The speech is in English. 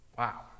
Wow